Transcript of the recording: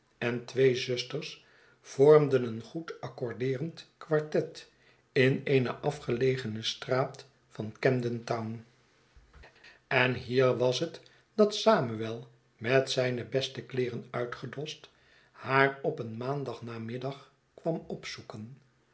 en twee zusters vormden een goed accordeerend quartet in eene afgelegene straat van camden town en hier was het dat samuel met zijne beste kleeren uitgedost haar op een maandagnamiddag kwam opzoeken